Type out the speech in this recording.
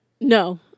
No